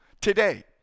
today